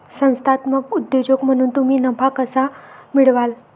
संस्थात्मक उद्योजक म्हणून तुम्ही नफा कसा मिळवाल?